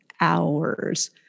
hours